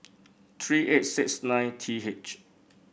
three eight six nine T H